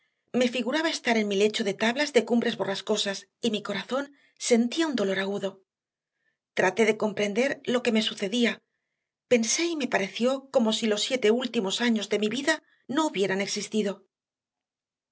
me figuraba estar en mi lecho de tablas de cumbres borrascosas y mi corazón sentía un dolor agudo traté de comprender lo que me sucedía pensé y me pareció como si los siete últimos años de mi vida no hubieran existido